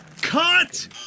Cut